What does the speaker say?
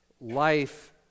life